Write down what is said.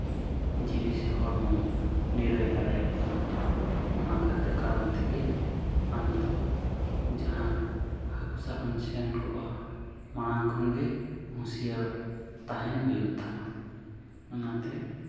ᱡᱤᱣᱤ ᱥᱮ ᱦᱚᱲᱢᱚᱢ ᱱᱤᱨᱟᱹᱭ ᱫᱟᱲᱮᱭᱟᱜ ᱛᱟᱢᱟ ᱚᱱᱟ ᱠᱷᱟᱹᱛᱤᱨ ᱠᱟᱨᱚᱱ ᱛᱮᱜᱮ ᱟᱢ ᱫᱚ ᱡᱟᱦᱟᱸ ᱦᱟᱹᱠᱩ ᱥᱟᱵ ᱮᱢ ᱥᱮᱱ ᱠᱚᱜᱼᱟ ᱢᱟᱲᱟᱝ ᱠᱷᱚᱱ ᱜᱮ ᱦᱩᱥᱤᱭᱟᱹᱨ ᱛᱟᱦᱮᱱ ᱦᱩᱭᱩᱜ ᱛᱟᱢᱟ ᱚᱱᱟᱛᱮ